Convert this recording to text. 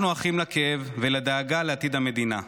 אנחנו אחים לכאב ולדאגה לעתיד המדינה.